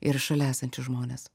ir šalia esančius žmones